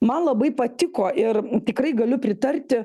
man labai patiko ir tikrai galiu pritarti